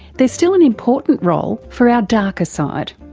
there's still an important role for our darker side.